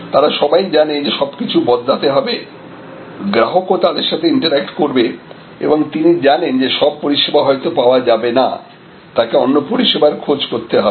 তারা সবাই জানে যে সবকিছু বদলাতে হবে গ্রাহক ও তাদের সাথে ইন্তেরাক্ট করবে এবং তিনি জানেন যে সব পরিষেবা হয়তো পাওয়া যাবে না তাকে অন্য পরিষেবার খোঁজ করতে হবে